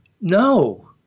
No